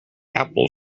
apple